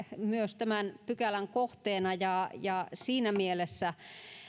myös tämän pykälän kohteena ja ja siinä mielessä